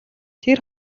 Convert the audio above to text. тэр